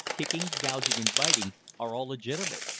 kicking, gouging, and biting are all legitimate.